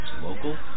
local